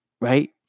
right